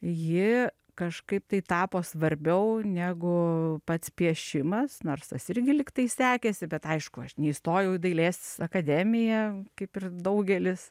ji kažkaip tai tapo svarbiau negu pats piešimas nors tas irgi lyg tai sekėsi bet aišku aš neįstojau į dailės akademiją kaip ir daugelis